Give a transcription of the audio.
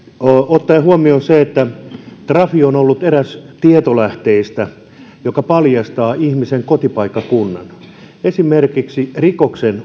ottaen huomioon sen että trafi on ollut eräs tietolähteistä joka paljastaa ihmisen kotipaikkakunnan esimerkiksi rikoksen